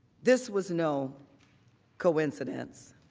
this was no coincidence.